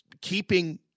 Keeping